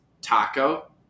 taco